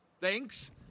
Thanks